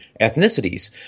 ethnicities